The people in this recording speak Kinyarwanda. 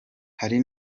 hari